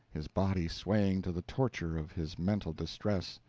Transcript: his body swaying to the torture of his mental distress.